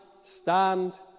stand